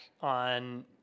on